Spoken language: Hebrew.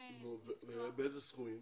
באיזה סכומים?